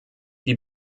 die